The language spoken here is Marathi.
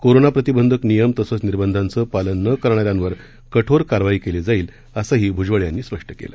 कोरोना प्रतिबंधक नियंम तसंच निर्बधांचं पालन न करणाऱ्यांवर कठोर कारवाई केली जाईल असंही भूजबळ यांनी स्पष्ट केलं